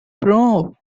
grow